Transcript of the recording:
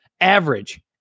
Average